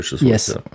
Yes